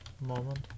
moment